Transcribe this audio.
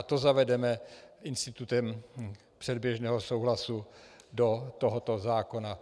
A to zavedeme institutem předběžného souhlasu do tohoto zákona.